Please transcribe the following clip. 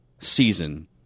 season